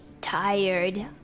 tired